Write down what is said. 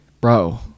Bro